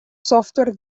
software